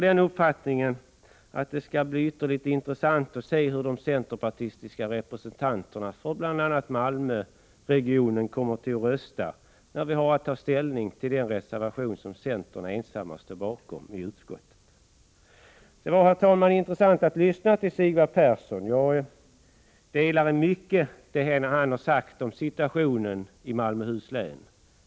Det skall bli ytterligt intressant att se hur de centerpartis tiska representanterna för bl.a. Malmöregionen kommer att rösta när de har att ta ställning till den reservation som centern ensam står bakom i utskottet. Det var intressant att lyssna till Sigvard Persson. Jag kan instämma i mycket av vad han sade om situationen i Malmöhus län.